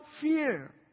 fear